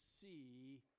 see